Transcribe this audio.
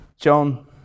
john